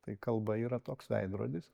tai kalba yra toks veidrodis